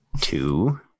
two